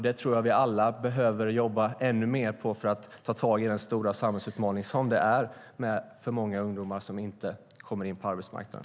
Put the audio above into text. Det tror jag att vi alla behöver jobba ännu mer på för att ta tag i den stora samhällsutmaning som det är med för många ungdomar som inte kommer in på arbetsmarknaden.